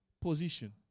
position